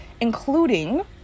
including